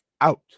out